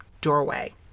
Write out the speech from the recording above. doorway